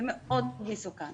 זה מאוד מסוכן.